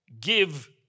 give